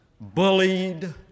bullied